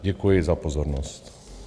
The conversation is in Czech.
Děkuji za pozornost.